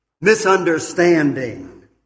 misunderstanding